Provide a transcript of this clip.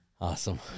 Awesome